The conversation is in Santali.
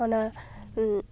ᱚᱱᱟ